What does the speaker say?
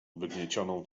wygniecioną